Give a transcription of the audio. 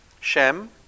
Shem